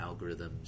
algorithms